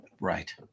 Right